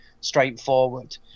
straightforward